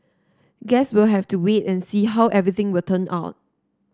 guess we'll have to wait and see how everything will turn out